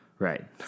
Right